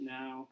now